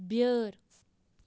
بیٲر